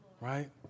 Right